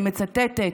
אני מצטטת: